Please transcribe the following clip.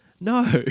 No